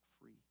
free